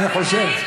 אני חושב,